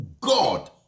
God